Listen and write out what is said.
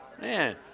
man